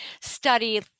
study